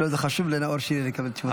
חשוב לנאור שירי לקבל תשובה כזאת.